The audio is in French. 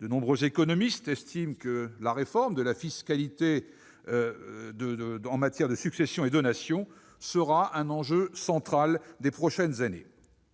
De nombreux économistes estiment que la réforme de la fiscalité en matière de successions et de donations sera un enjeu central des prochaines années,